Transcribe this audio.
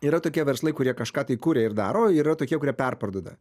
yra tokie verslai kurie kažką tai kuria ir daro yra tokie kurie perparduoda